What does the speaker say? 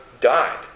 died